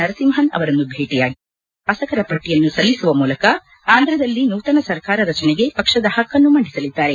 ನರಸಿಂಹನ್ ಅವರನ್ನು ಭೇಟಿಯಾಗಿ ತಮ್ನ ಪಕ್ಷದ ಶಾಸಕರ ಪಟ್ಟಿಯನ್ನು ಸಲ್ಲಿಸುವ ಮೂಲಕ ಆಂಧ್ರದಲ್ಲಿ ನೂತನ ಸರ್ಕಾರ ರಚನೆಗೆ ಪಕ್ಷದ ಹಕನ್ನು ಮಂಡಿಸಲಿದ್ದಾರೆ